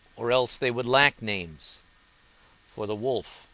or else they would lack names for the wolf,